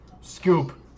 Scoop